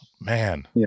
Man